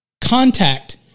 contact